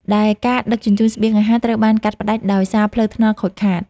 ដែលការដឹកជញ្ជូនស្បៀងអាហារត្រូវបានកាត់ផ្ដាច់ដោយសារផ្លូវថ្នល់ខូចខាត។